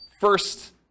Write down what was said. first